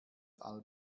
all